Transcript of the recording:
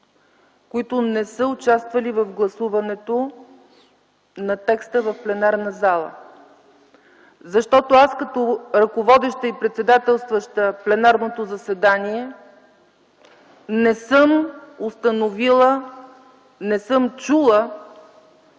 които не са участвали в гласуването на текста в пленарна зала. Защото аз като ръководеща и председателстваща пленарното заседание не съм установила, не съм чула